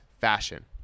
fashion